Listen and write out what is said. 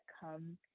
come